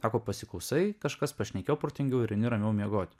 sako pasiklausai kažkas pašnekėjo protingiau ir imi ramiau miegoti